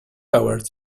hours